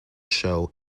show